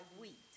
wheat